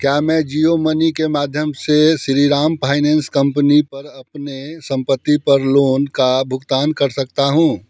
क्या मैं जियो मनी के माध्यम से श्रीराम फाइनेंस कंपनी पर अपने संपत्ति पर लोन का भुगतान कर सकता हूँ